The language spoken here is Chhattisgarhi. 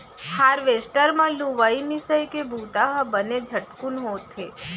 हारवेस्टर म लुवई मिंसइ के बुंता ह बने झटकुन होथे